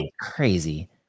Crazy